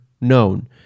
known